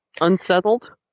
Unsettled